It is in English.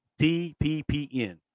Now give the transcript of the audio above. TPPN